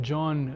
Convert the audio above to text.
John